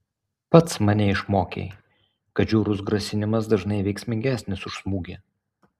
pats mane išmokei kad žiaurus grasinimas dažnai veiksmingesnis už smūgį